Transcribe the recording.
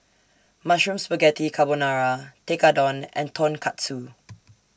Mushroom Spaghetti Carbonara Tekkadon and Tonkatsu